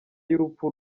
y’urupfu